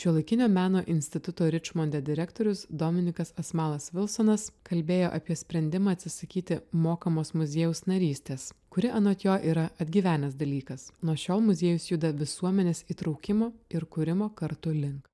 šiuolaikinio meno instituto ričmonde direktorius dominikas asmalas vilsonas kalbėjo apie sprendimą atsisakyti mokamos muziejaus narystės kuri anot jo yra atgyvenęs dalykas nuo šiol muziejus juda visuomenės įtraukimo ir kūrimo kartu link